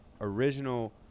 original